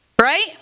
Right